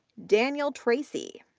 daniel tracy,